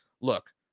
look